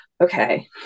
okay